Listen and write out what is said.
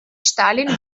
stalin